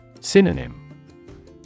Synonym